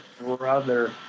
brother